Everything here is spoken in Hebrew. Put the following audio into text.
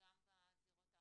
גם בזירות האחרות.